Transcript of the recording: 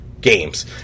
games